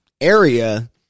area